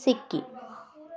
Sikkim